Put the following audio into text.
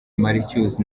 mauritius